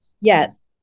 Yes